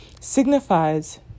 signifies